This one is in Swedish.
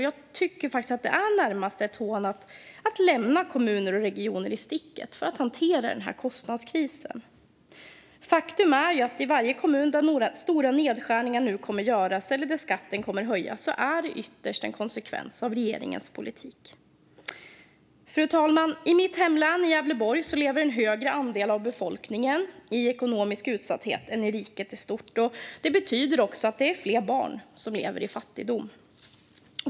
Jag tycker att det närmast är ett hån att lämna kommuner och regioner i sticket när de ska hantera kostnadskrisen. Faktum är att varje stor nedskärning eller skattehöjning som nu kommer att göras i en kommun ytterst är en konsekvens av regeringens politik. Fru talman! I mitt hemlän Gävleborg lever en högre andel av befolkningen i ekonomisk utsatthet än i riket i stort. Det betyder också att fler barn lever i fattigdom.